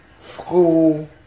school